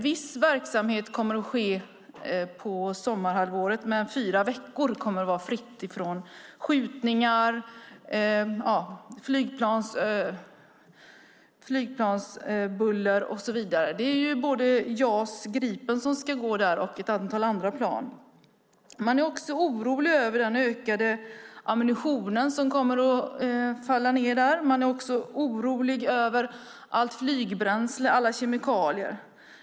Viss verksamhet kommer att ske på sommarhalvåret, men fyra veckor kommer att vara fria från skjutningar, flygplansbuller och så vidare. Både JAS Gripen och ett antal andra plan kommer att flygas där. Man är också orolig över den ökade mängd ammunition, allt flygbränsle och alla kemikalier som kommer att falla ned där.